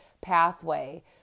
pathway